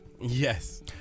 Yes